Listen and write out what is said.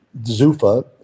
Zufa